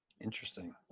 interesting